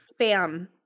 spam